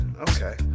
Okay